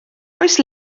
oes